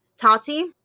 Tati